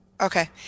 Okay